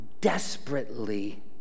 desperately